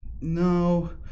no